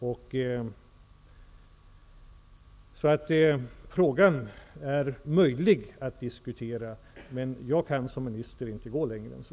Frågan är således möjlig att diskutera. Som minister kan jag dock inte gå längre än så.